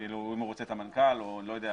כאילו אם הוא רוצה את המנכ"ל או לא יודע.